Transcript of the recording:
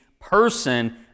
person